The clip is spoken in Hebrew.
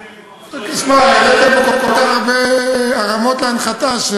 תשמע, העליתם פה כל כך הרבה הרמות להנחתה.